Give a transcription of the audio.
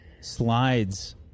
slides